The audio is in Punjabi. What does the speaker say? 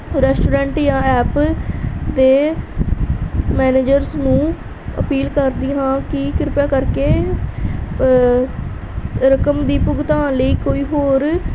ਰੈਸਟੋਰੈਂਟ ਜਾਂ ਐਪ ਦੇ ਮੈਨੇਜਰਸ ਨੂੰ ਅਪੀਲ ਕਰਦੀ ਹਾਂ ਕਿ ਕਿਰਪਾ ਕਰਕੇ ਰਕਮ ਦੀ ਭੁਗਤਾਨ ਲਈ ਕੋਈ ਹੋਰ